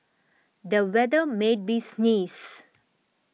the weather made me sneeze